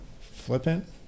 flippant